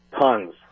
Tons